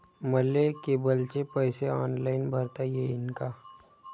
मले केबलचे पैसे ऑनलाईन भरता येईन का?